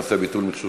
בנושא ביטול מחשוב,